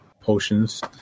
potions